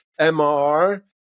MR